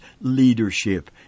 leadership